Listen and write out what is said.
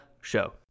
show